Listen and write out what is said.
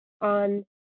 on